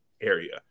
Area